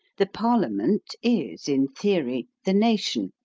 the parliament is, in theory, the nation,